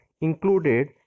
included